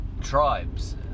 tribes